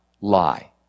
lie